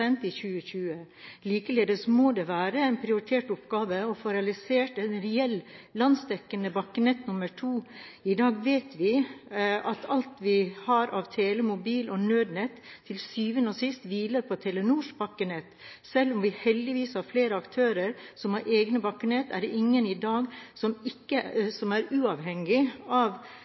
pst. i 2020. Likeledes må det være en prioritert oppgave å få realisert et reelt landsdekkende bakkenett nummer to. I dag vet vi at alt vi har av tele-, mobil-, og nødnett, til syvende og sist hviler på Telenors bakkenett. Selv om vi heldigvis har flere aktører som har egne bakkenett, er det ingen i dag som ikke er avhengige av